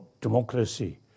democracy